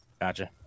Gotcha